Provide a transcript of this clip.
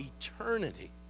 eternity